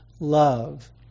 love